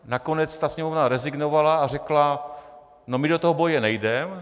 Nakonec Sněmovna rezignovala a řekla: my do toho boje nejdeme.